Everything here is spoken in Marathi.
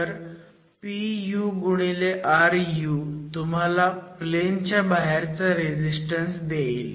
तर Puruतुम्हाला प्लेन च्या बाहेरचा रेझीस्टन्स देईल